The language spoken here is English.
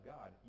God